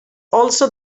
also